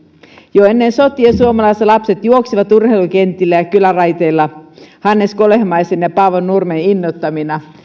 jo ennen sotia suomalaislapset juoksivat urheilukentillä ja kylänraiteilla hannes kolehmaisen ja paavo nurmen innoittamina